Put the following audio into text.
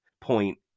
point